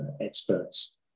experts